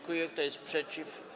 Kto jest przeciw?